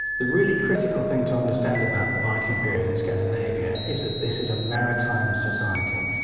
the really critical thing to understand about the viking period in scandinavia is that this is a maritime society,